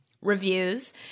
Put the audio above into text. reviews